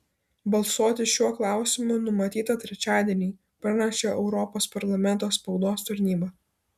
balsuoti šiuo klausimu numatyta trečiadienį praneša europos parlamento spaudos tarnyba